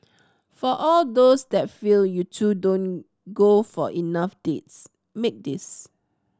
for all those that feel you two don't go for enough dates make this